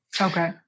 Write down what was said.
okay